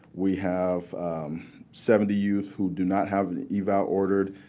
we have seventy youth who do not have an eval ordered,